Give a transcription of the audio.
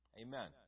Amen